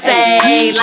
Say